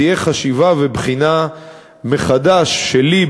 תהיה חשיבה ובחינה מחדש שלי,